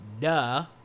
duh